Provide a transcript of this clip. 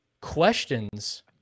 questions